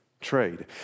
trade